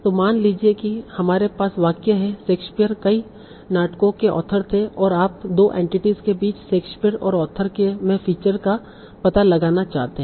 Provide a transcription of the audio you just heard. तो मान लीजिए कि हमारे पास वाक्य है शेक्सपियर कई नाटकों के ऑथर थे और आप 2 एंटिटीस के बीच शेक्सपियर और ऑथर में फीचर का पता लगाना चाहते हैं